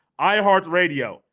iHeartRadio